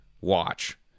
watch